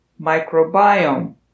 microbiome